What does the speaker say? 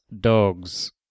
Dogs